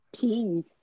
Peace